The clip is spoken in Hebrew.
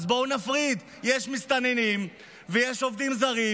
אז בואו נפריד: יש מסתננים ויש עובדים זרים,